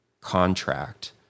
contract